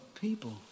people